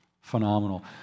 phenomenal